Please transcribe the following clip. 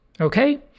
okay